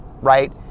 right